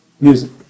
music